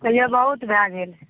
तैओ बहुत भए गेल